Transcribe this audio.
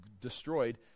destroyed